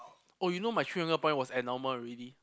oh you know my three hundred point was abnormal already